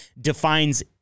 defines